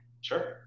Sure